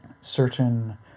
certain